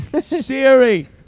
Siri